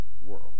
world